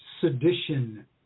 sedition